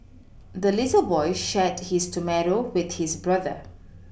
the little boy shared his tomato with his brother